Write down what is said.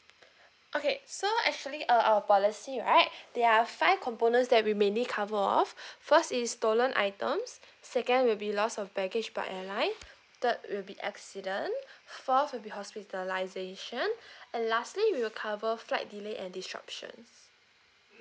okay so actually uh our policy right there are five components that we mainly cover of first is stolen items second will be lost of baggage by airline third will be accident fourth will be hospitalization and lastly will cover flight delay and disruption